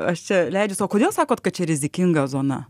aš čia leidžiu sau o kodėl sakot kad ši rizikinga zona